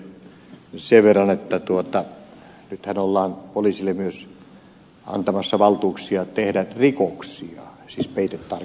zyskowiczille sen verran että nythän ollaan poliisille myös antamassa valtuuksia tehdä rikoksia siis peitetarkoituksessa